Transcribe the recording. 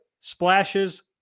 splashes